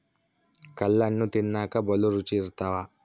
ಕಲ್ಲಣ್ಣು ತಿನ್ನಕ ಬಲೂ ರುಚಿ ಇರ್ತವ